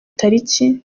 tariki